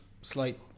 slight